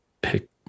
pick